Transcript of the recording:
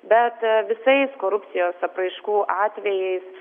bet visais korupcijos apraiškų atvejais